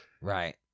Right